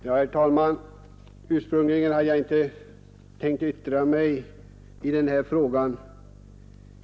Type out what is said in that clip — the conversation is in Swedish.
Herr talman! Ursprungligen hade jag inte tänkt yttra mig i den här frågan.